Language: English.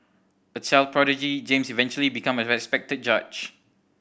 a child prodigy James eventually became a respected judge